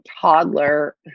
toddler